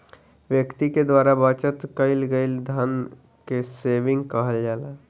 व्यक्ति के द्वारा बचत कईल गईल धन के सेविंग कहल जाला